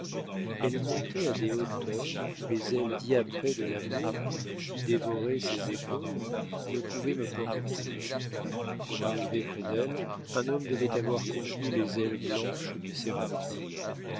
elle montait à des hauteurs où les ailes diaprées de l'amour qui me fit dévorer ses épaules ne pouvaient me porter pour arriver près d'elle un homme devait avoir conquis les ailes blanches du